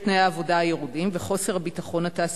תנאי העבודה הירודים וחוסר הביטחון התעסוקתי.